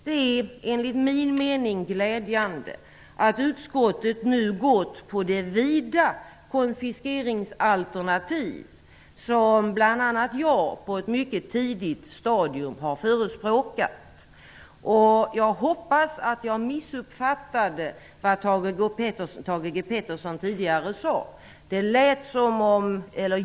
Det är enligt min mening glädjande att utskottet nu gått på det vida konfiskeringsalternativ som bl.a. jag på ett mycket tidigt stadium har förespråkat. Jag hoppas att jag missuppfattade vad Thage G Peterson tidigare sade.